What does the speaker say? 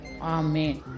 Amen